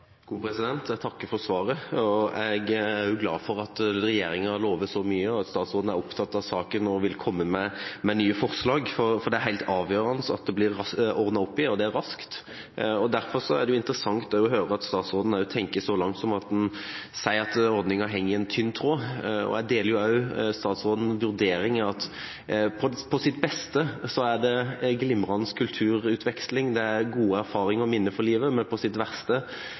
Jeg takker for svaret. Jeg er glad for at regjeringen lover så mye, at statsråden er opptatt av saken og vil komme med nye forslag, for det er helt avgjørende at det blir ordnet opp i dette – og det raskt. Derfor er det også interessant å høre at statsråden tenker så langt som at hun sier at ordningen henger i en tynn tråd. Jeg deler også statsrådens vurdering av at på sitt beste er dette en glimrende kulturutveksling, det er gode erfaringer og minner for livet, men på sitt verste